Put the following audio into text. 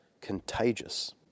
contagious